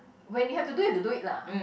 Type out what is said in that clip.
when you have to do you do it lah